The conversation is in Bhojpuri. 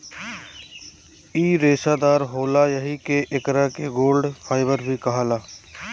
इ रेसादार होला एही से एकरा के गोल्ड फाइबर भी कहाला